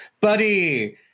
buddy